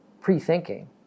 pre-thinking